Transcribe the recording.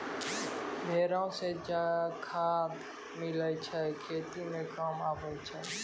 भेड़ो से जे खाद मिलै छै खेती मे काम आबै छै